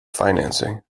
financing